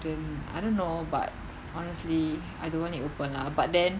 and I don't know but honestly I don't want it open lah but then